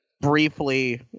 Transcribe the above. briefly